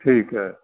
ਠੀਕ ਹੈ